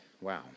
Wow